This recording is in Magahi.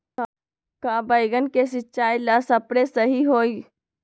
का बैगन के सिचाई ला सप्रे सही होई?